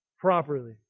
properly